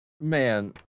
man